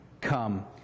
Come